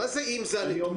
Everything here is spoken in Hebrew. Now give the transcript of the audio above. מה זה אם זה הנתונים?